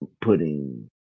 putting